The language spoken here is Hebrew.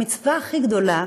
המצווה הכי גדולה,